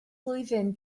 flwyddyn